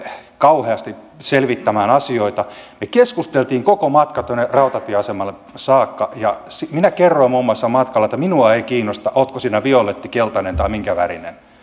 kauheasti selvittämään asioita me keskustelimme koko matkan tuonne rautatieasemalle saakka ja minä kerroin matkalla muun muassa että minua ei kiinnosta oletko sinä violetti keltainen tai minkä värinen